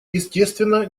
естественно